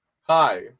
hi